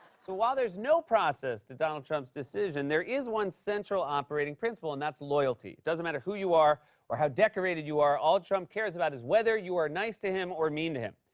so while there's no process to donald trump's decision, there is one central operating principle, and that's loyalty. doesn't matter who you are or how decorated you are, all trump cares about is whether you are nice to him or mean to him.